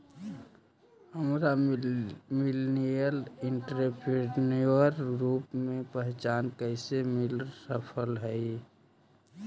हमरा millennial entrepreneur के रूप में पहचान कइसे मिल सकलई हे?